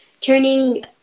turning